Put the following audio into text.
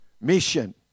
mission